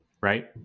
right